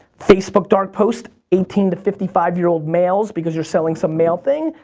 facebook dart posts, eighteen to fifty five year old males because you're selling some male thing,